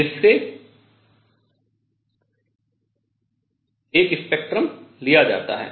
जिससे एक स्पेक्ट्रम लिया जाता है